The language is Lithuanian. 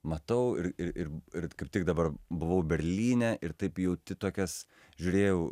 matau ir ir ir kaip tik dabar buvau berlyne ir taip jauti tokias žiūrėjau